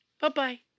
Bye-bye